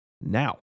Now